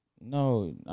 No